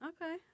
Okay